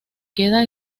queda